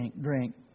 drink